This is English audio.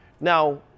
now